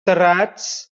terrats